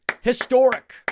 historic